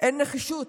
אין נחישות,